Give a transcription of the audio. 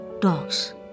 dogs